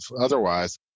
otherwise